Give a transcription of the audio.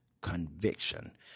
conviction